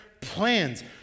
plans